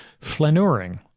Flaneuring